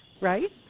right